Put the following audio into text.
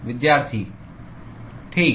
ठीक